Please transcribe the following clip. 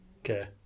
Okay